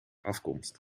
afkomst